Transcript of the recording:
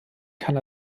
kann